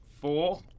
four